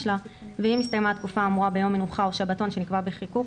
לה ואם הסתיימה התקופה האמורה ביום מנוחה או שבתון שנקבע בחיקוק,